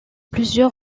plusieurs